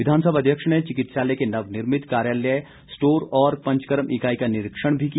विधानसभा अध्यक्ष ने चिकित्सालय के नवनिर्मित कार्यालय स्टोर और पंचकर्म इकाई का निरीक्षण भी किया